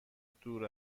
دور